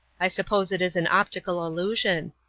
i suppose it is an optical illusion.